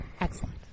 excellent